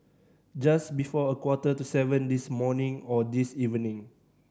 just before a quarter to seven this morning or this evening